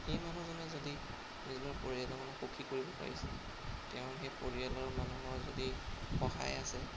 সেই মানুহজনে যদি নিজৰ পৰিয়ালৰ মানুহক সুখী কৰিব পাৰিছে তেওঁৰ সেই পৰিয়ালৰ মানুহৰ যদি সহায় আছে